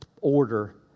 order